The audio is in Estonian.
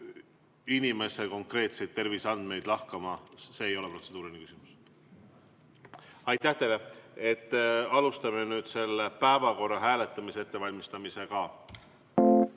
inimese konkreetseid terviseandmeid lahkama. See ei ole protseduuriline küsimus. Aitäh teile! Alustame nüüd päevakorra hääletamise ettevalmistamist ...